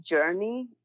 journey